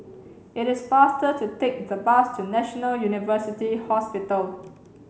it is faster to take the bus to National University Hospital